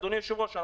אדוני היושב-ראש,